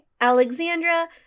Alexandra